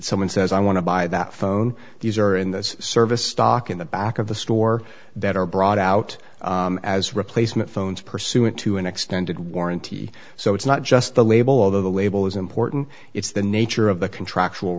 someone says i want to buy that phone these are in this service stock in the back of the store that are brought out as replacement phones pursuant to an extended warranty so it's not just the label although the label is important it's the nature of the contractual